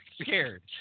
scared